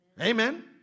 Amen